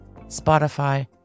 Spotify